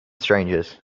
strangers